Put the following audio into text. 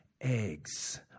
eggs